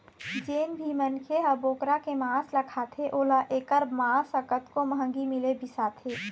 जेन भी मनखे ह बोकरा के मांस ल खाथे ओला एखर मांस ह कतको महंगी मिलय बिसाथे